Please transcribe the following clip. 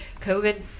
COVID